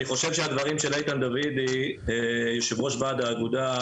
אני חושב שהדברים של איתן דוידי יו"ר ועד האגודה,